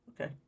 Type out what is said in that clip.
Okay